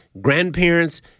grandparents